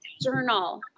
Journal